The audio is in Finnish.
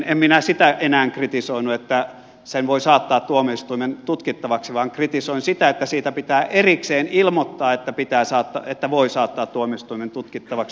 en minä sitä enää kritisoinut että sen voi saattaa tuomioistuimen tutkittavaksi vaan kritisoin sitä että siitä pitää erikseen ilmoittaa että voi saattaa tuomioistuimen tutkittavaksi